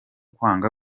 kwanga